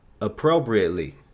appropriately